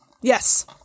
Yes